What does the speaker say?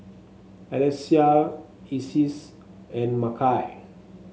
Alecia Isis and Makai